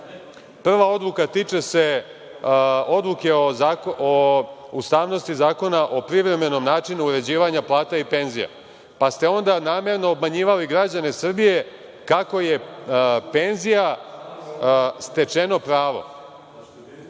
Prva odluka tiče se Odluke o ustavnosti Zakona o privremenom načinu uređivanja plata i penzija, pa ste onda namerno obmanjivali građane Srbije kako je penzija stečeno pravo,